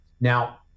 Now